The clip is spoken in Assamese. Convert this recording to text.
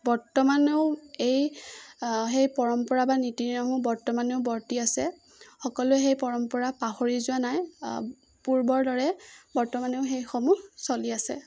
বৰ্তমানেও এই সেই পৰম্পৰা বা নীতি নিয়মসমূহ বৰ্তমানেও বৰ্তি আছে সকলোৱে সেই পৰম্পৰা পাহৰি যোৱা নাই পূৰ্বৰ দৰে বৰ্তমানেও সেইসমূহ চলি আছে